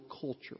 culture